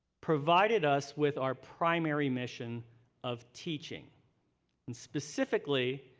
provided us with our primary mission of teaching and specifically,